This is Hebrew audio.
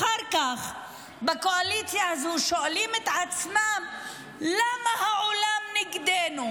אחר כך בקואליציה הזו שואלים את עצמם למה העולם נגדנו.